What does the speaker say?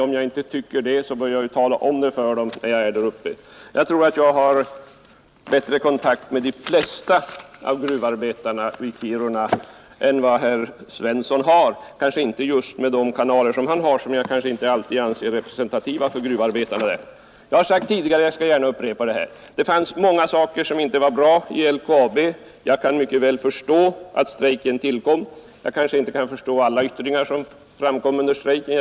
Om jag inte tycker det bör jag tala om det för dem när jag är där uppe, menade herr Svensson. Jag tror att jag har bättre kontakt med de flesta av gruvarbetarna i Kiruna än vad herr Svensson har, om också inte just med de kanaler som herr Svensson har och som jag inte anser alltid representativa för gruvarbetarna där. Jag har sagt det tidigare, och jag skall gärna upprepa det här: det fanns många saker som inte var bra i LKAB. Jag kan mycket väl förstå att strejken tillkom. Jag kanske inte kan förstå alla yttringar som framkom under strejken.